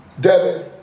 Devin